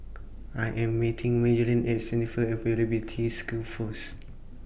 I Am meeting Maryellen At Center For Employability Skills First